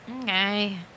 okay